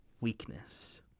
weakness